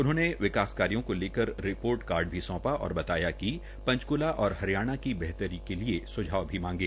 उन्होंने विकास कार्यो को लेकर रिपोर्ट कार्ड भी सौंपा और बताया कि पंचकुला और हरियाणा की बेहतरी के लिए स्झाव भी मांगे